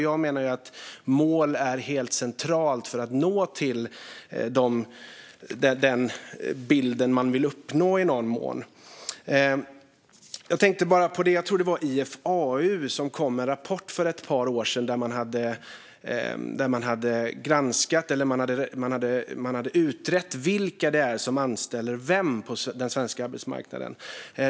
Jag menar att mål är helt centralt för att uppnå det man vill uppnå. Jag tror att det var IFAU som kom med en rapport för några år sedan där man hade utrett vem som anställer vem på den svenska arbetsmarknaden.